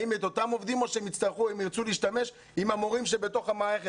האם יעסיקו את אותם עובדים או שהם ירצו להשתמש במורים שבתוך המערכת?